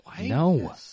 No